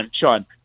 Sean